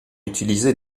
utilisé